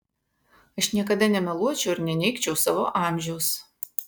aš niekada nemeluočiau ir neneigčiau savo amžiaus